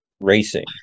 racing